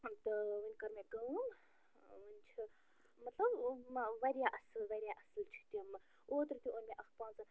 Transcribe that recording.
تہٕ وٕنۍ کٔر مےٚ کٲم وٕنۍ چھِ مطلب وارِیاہ اصٕل وارِیاہ اصٕل چھِ تِم اوترٕ تہِ اوٚن مےٚ اَکھ پانٛژن ہتن